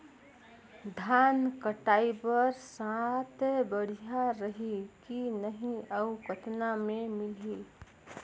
धान कटाई बर साथ बढ़िया रही की नहीं अउ कतना मे मिलही?